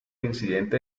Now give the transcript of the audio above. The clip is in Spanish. incidente